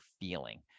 feeling